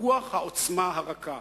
טיפוח העוצמה הרכה.